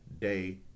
day